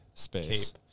space